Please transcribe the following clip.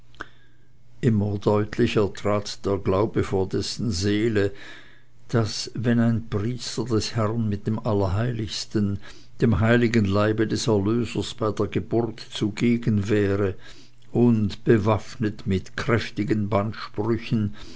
immer deutlicher trat der glaube vor dessen seele daß wenn ein priester des herren mit dem allerheiligsten dem heiligen leibe des erlösers bei der geburt zugegen wäre und bewaffnet mit kräftigen